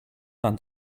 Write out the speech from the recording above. than